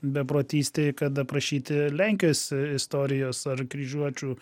beprotystei kad aprašyti lenkijos istorijos ar kryžiuočių